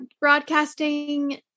broadcasting